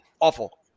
awful